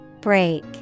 Break